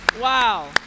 Wow